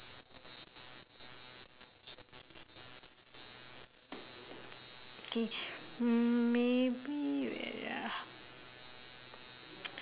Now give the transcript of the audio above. okay maybe wait ah